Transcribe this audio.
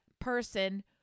person